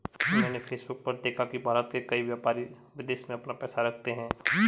मैंने फेसबुक पर देखा की भारत के कई व्यापारी विदेश में अपना पैसा रखते हैं